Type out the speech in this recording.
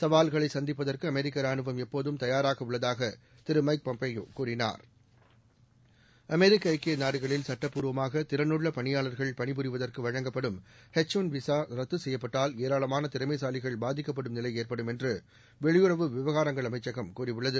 சவால்களை சந்திப்பதற்கு அமெரிக்க ரானுவம் எப்போதும் தயாராக உள்ளதாக அவர் கூறினார் அமெரிக்க ஐக்கிய நாடுகளில் சுட்ட பூர்வமாக திறனுள்ள பணியாளர்கள் பணிபுரிவதற்கு வழங்கப்படும் எச் ஒன் விசா ரத்து செய்யப்பட்டால் ஏராளமான திறமைசாலிகள் பாதிக்கப்படும் நிலை ஏற்படும் என்று வெளியுறவு விவகாரங்கள் அமைச்சகம் கூறியுள்ளது